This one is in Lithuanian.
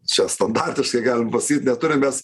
čia standartiškai galim pasakyt neturim mes